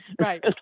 Right